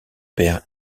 père